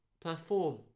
platform